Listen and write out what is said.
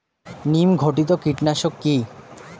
নিম ঘটিত কীটনাশক কি?